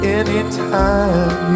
anytime